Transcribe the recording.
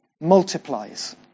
multiplies